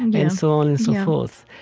and and so on and so forth.